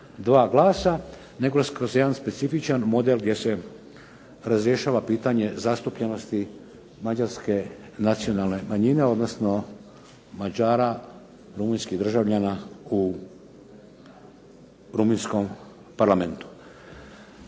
dva glasa, nego kroz jedan specifičan model gdje se razrješava pitanje zastupljenosti mađarske nacionalne manjine, odnosno Mađara, rumunjskih državljana u rumunjskom parlamentu.